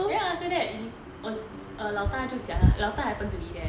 then after that 老大就讲 lah 老大 happen to be there